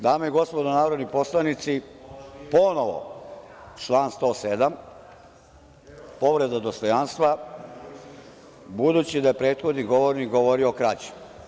Dame i gospodo narodni poslanici, ponovo član 107. povreda dostojanstva, budući da je prethodni govornik govorio o krađi.